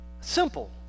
Simple